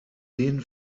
den